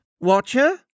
Watcher